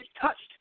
touched